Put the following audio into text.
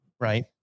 right